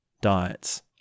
diets